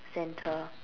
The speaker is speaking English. center